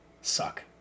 suck